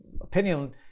opinion